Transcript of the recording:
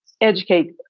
educate